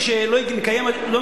אני